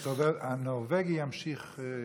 זאת אומרת שהנורבגי ימשיך.